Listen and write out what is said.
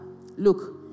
look